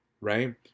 right